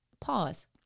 Pause